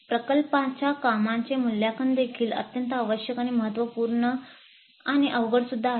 प्रकल्पाच्या कामाचे मूल्यांकन देखील अत्यंत आवश्यक आणि महत्त्वपूर्ण आणि अवघडसुद्धा आहे